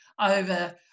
over